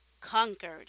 Conquered